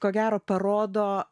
ko gero parodo